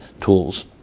tools